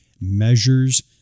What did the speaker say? measures